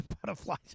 butterflies